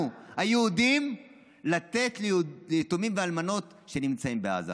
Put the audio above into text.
היהודים לתת ליתומים ואלמנות שנמצאים בעזה,